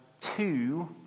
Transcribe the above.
two